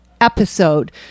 episode